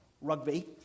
rugby